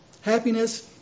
Happiness